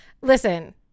Listen